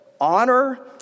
honor